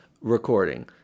recording